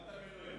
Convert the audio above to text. גם את המילואים.